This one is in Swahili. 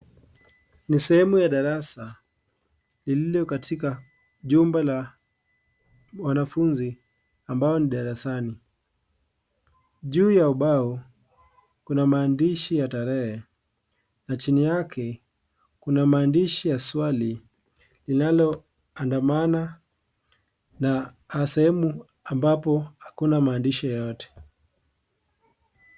Ni sehemu ya darasa lililo katika jumba la wanafunzi ambao ni darasani. Juu ya ubao kuna maandishi ya tarehe na chini yake kuna maandishi ya swali linaloandamana na sehemu ambapo hakuna maandishi yoyote.